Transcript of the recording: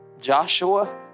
Joshua